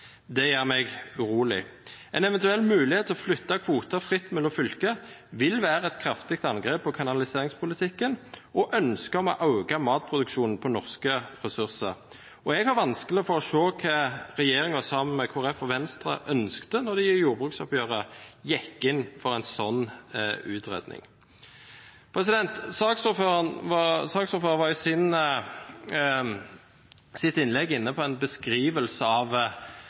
Det gjør meg urolig. En eventuell mulighet til å flytte kvoter fritt mellom fylker vil være et kraftig angrep på kanaliseringspolitikken og ønsket om å øke matproduksjonen på norske ressurser. Jeg har vanskelig for å se hva regjeringen, sammen med Kristelig Folkeparti og Venstre, ønsket da de i jordbruksoppgjøret gikk inn for en slik utredning. Saksordføreren var i sitt innlegg inne på en beskrivelse av